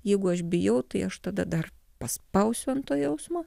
jeigu aš bijau tai aš tada dar paspausiu ant to jausmo